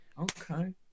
Okay